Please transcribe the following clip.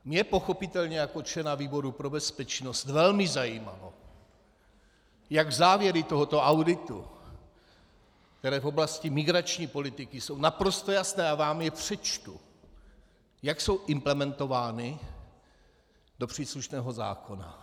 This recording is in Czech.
Mě pochopitelně jako člena výboru pro bezpečnost velmi zajímalo, jak jsou závěry tohoto auditu, které v oblasti migrační politiky jsou naprosto jasné, já vám je přečtu, implementovány do příslušného zákona.